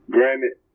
Granted